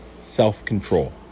self-control